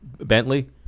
Bentley